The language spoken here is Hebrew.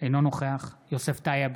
אינו נוכח יוסף טייב,